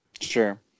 Sure